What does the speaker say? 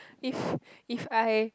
if if I